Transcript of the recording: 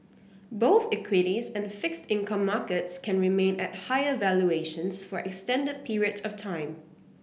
both equities and fixed income markets can remain at higher valuations for extended periods of time